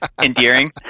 Endearing